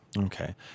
Okay